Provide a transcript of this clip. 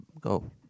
Go